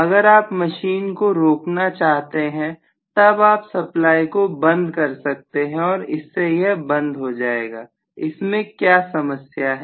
अगर आप मशीन को रुकना चाहते हैं तब आप सप्लाई को बंद कर सकते हैं और इससे यह बंद हो जाएगा इसमें क्या समस्या है